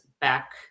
back